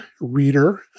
reader